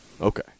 Okay